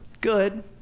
good